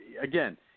again